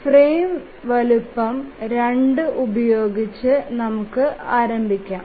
frame വലുപ്പം 2 ഉപയോഗിച്ച് നമുക്ക് ആരംഭിക്കാം